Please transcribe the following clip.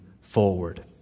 forward